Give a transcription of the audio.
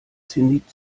zenit